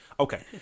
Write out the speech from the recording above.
Okay